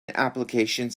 applications